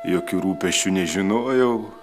jokių rūpesčių nežinojau